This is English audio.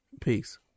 Peace